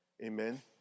Amen